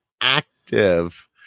active